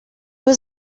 was